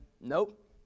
nope